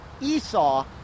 Esau